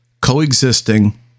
coexisting